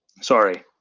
Sorry